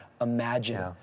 imagine